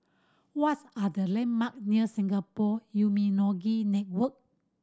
what's are the landmark near Singapore Immunology Network